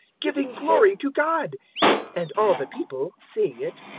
giving glory to god and all the people, seeing it,